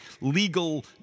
legal